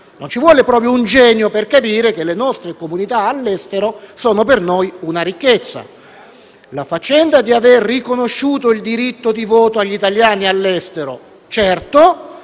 non ci vuole proprio un genio per capire che le nostre comunità all'estero sono per noi una ricchezza. La faccenda di aver riconosciuto il diritto di voto agli italiani all'estero certo